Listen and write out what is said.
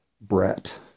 Brett